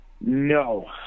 No